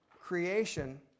creation